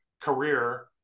career